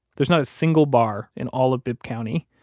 there's not a single bar in all of bibb county.